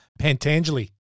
Pantangeli